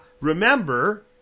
remember